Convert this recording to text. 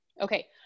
Okay